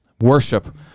worship